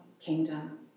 kingdom